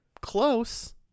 close